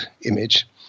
image